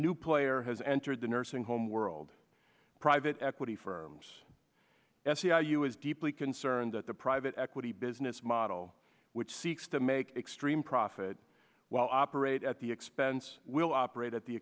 new player has entered the nursing home world private equity firms sci u is deeply concerned that the private equity business model which seeks to make extreme profit while operate at the expense will operate at the